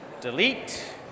delete